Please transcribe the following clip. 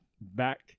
back